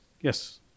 Yes